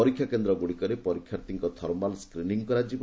ପରୀକ୍ଷା କେନ୍ଦ୍ରଗୁଡିକରେ ପରୀକ୍ଷାର୍ଥୀଙ୍କ ଥର୍ମାଲ ସ୍କ୍ରିନିଂ କରାଯିବ